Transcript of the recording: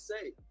say